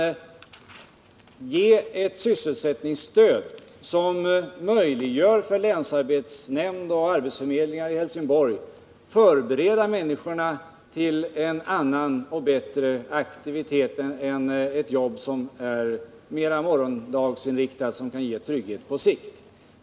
Vi ger vidare ett sysselsättningsstöd som möjliggör för länsarbetsnämnd och arbetsförmedlingar i Helsingborg att få mer tid att placera personalen i jobb som är mera morgondagsinriktade och som kan ge trygghet på sikt.